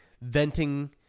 venting